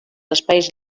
espais